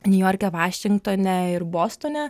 niujorke vašingtone ir bostone